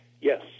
yes